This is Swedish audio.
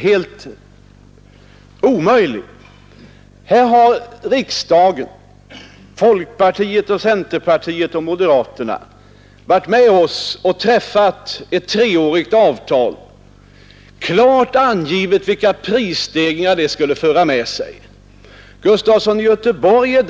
Här har den borgerliga oppositionen i riksdagen — folkpartiet, centerpartiet och moderaterna — tillsammans med oss träffat ett treårigt avtal, där det klart angivits vilka prisstegringar detta skulle föra med sig. Herr Gustafson i Göteborg